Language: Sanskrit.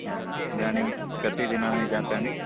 अ इदानीं कति दिनानि जातानि